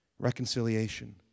reconciliation